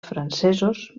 francesos